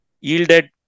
yielded